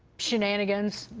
shenanigans,